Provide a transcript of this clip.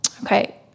okay